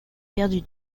perdu